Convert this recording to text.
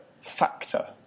factor